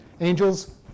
angels